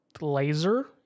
laser